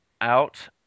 out